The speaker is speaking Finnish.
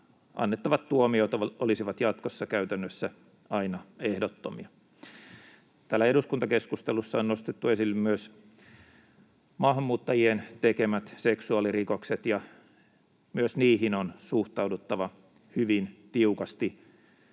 annettavat tuomiot olisivat jatkossa käytännössä aina ehdottomia. Täällä eduskuntakeskustelussa on nostettu esille myös maahanmuuttajien tekemät seksuaalirikokset, ja myös niihin on suhtauduttava hyvin tiukasti,